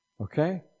Okay